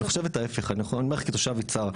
אני חושב את ההפך אני אומר לך כתושב יצהר.